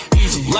easy